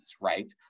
right